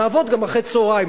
נעבוד גם אחרי צהריים,